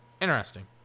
Interesting